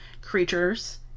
creatures